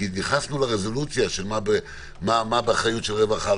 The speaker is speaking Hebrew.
כי התייחסנו לרזולוציה מה באחריות של רווחה,